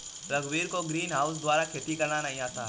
रघुवीर को ग्रीनहाउस द्वारा खेती करना नहीं आता है